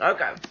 Okay